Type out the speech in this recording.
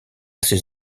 ses